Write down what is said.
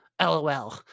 lol